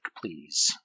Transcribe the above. please